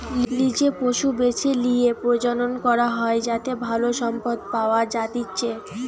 লিজে পশু বেছে লিয়ে প্রজনন করা হয় যাতে ভালো সম্পদ পাওয়া যাতিচ্চে